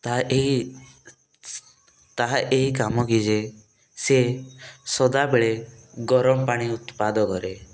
ତାହା ଏଇ ତାହା ଏଇ କାମ ସେ ସଦାବେଳେ ଗରମ ପାଣି ଉତ୍ପାଦ କରେ